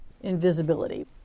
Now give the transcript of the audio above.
invisibility